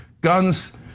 guns